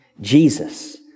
Jesus